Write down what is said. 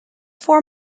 four